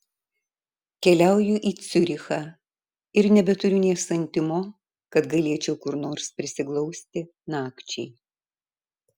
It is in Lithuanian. keliauju į ciurichą ir nebeturiu nė santimo kad galėčiau kur nors prisiglausti nakčiai